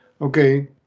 okay